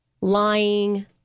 lying